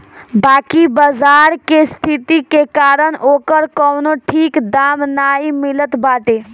बाकी बाजार के स्थिति के कारण ओकर कवनो ठीक दाम नाइ मिलत बाटे